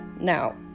Now